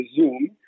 Zoom